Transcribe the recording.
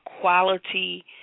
quality